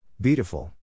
Beautiful